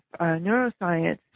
neuroscience